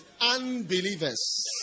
unbelievers